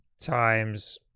times